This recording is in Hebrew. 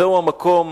זהו המקום,